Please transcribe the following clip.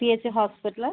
C H hospital